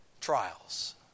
trials